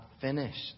finished